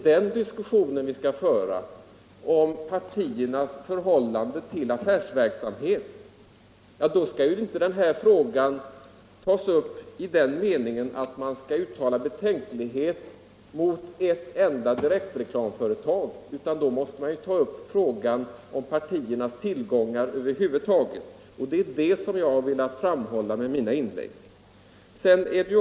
Om vi skall diskutera partiernas förhållande till affärsverksamhet, skall inte den här frågan tas upp i den meningen att man skall uttala betänklighet mot ett enda direktreklamföretag, utan då måste man ta upp frågan om partiernas tillgångar över huvud taget. Det är detta som jag har velat framhålla med mina inlägg.